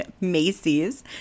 Macy's